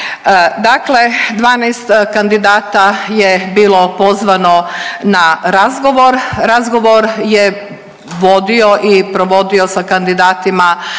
Dakle 12 kandidata je bilo pozvano na razgovor, razgovor je vodio i provodio sa kandidatima